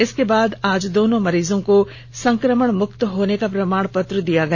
इसके बाद आज दोनों मरीजों को संक्रमण मुक्त होने का प्रमाण पत्र दिया गया